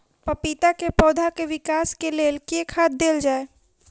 पपीता केँ पौधा केँ विकास केँ लेल केँ खाद देल जाए?